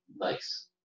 nice